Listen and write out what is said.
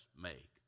make